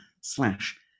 slash